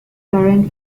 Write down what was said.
current